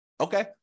Okay